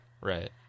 Right